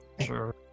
Sure